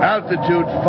Altitude